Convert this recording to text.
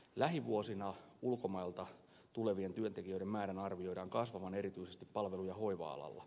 lähivuosina ulkomailta tulevien työntekijöiden määrän arvioidaan kasvavan erityisesti palvelu ja hoiva alalla